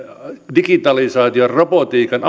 digitalisaation robotiikan